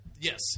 Yes